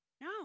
No